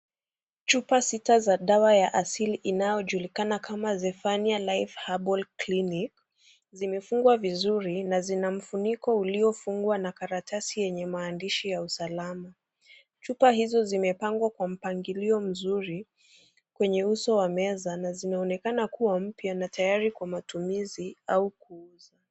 Chupa sita za dawa ya asili inayojulikana kama Zephania life Herbal Clinic, zimefungwa vizuri na zina mfuniko uliofungwa na karatasi yenye maandishi ya usalama. Chupa hizo zimepangwa kwa mpangilio mzuri kwenye yao wa meza na zinaonekana kuwa mapya kwa matumizi au kuuza.